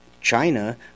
China